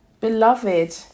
Beloved